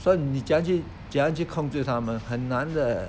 所以你怎样去怎样去控制他们很难的